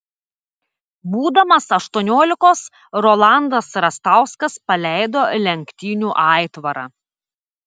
būdamas aštuoniolikos rolandas rastauskas paleido lenktynių aitvarą